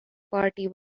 party